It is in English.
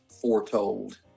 foretold